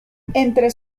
entre